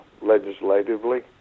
legislatively